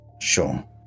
sure